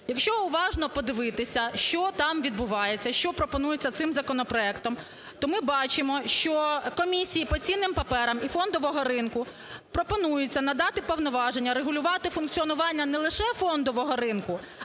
Якщо уважно подивитися, що там відбувається, що пропонується цим законопроектом, то ми бачимо, що Комісії по цінним паперам і фондового ринку пропонується надати повноваження регулювати функціонування не лише фондового ринку,